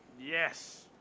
Yes